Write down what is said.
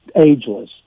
ageless